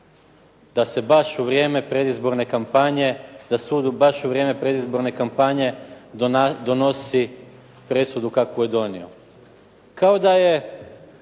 da sud baš u vrijeme predizborne kampanje donosi presudu kakvu je donio.